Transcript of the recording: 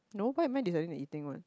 no why am I deciding the eating one